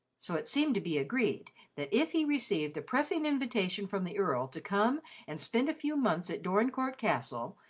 so it seemed to be agreed that if he received a pressing invitation from the earl to come and spend a few months at dorincourt castle,